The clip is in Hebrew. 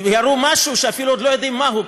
ירו משהו שאפילו לא יודעים מהו,